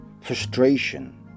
frustration